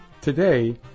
Today